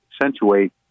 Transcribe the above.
accentuate